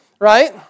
Right